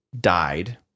died